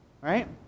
right